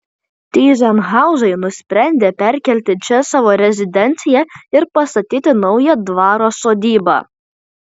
tyzenhauzai nusprendė perkelti čia savo rezidenciją ir pastatyti naują dvaro sodybą